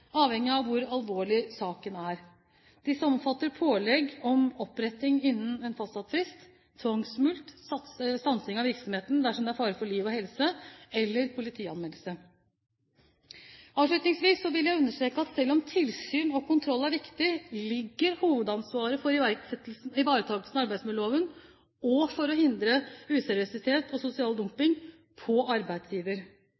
avhengig av hvor alvorlig saken er. Disse omfatter pålegg om oppretting innen en fastsatt frist, tvangsmulkt, stansing av virksomheten dersom det er fare for liv og helse, eller politianmeldelse. Avslutningsvis vil jeg understreke at selv om tilsyn og kontroll er viktig, ligger hovedansvaret for ivaretakelsen av arbeidsmiljøloven og for å hindre useriøsitet og sosial